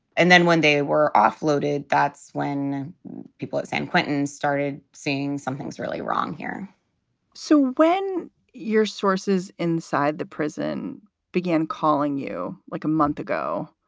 and then when they were offloaded, that's when people at san quentin started seeing something's really wrong here so when your sources inside the prison began calling you like a month ago,